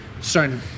starting